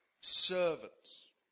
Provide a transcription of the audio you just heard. servants